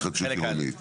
ועל התחדשות עירונית,